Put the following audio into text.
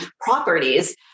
properties